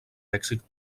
èxit